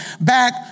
back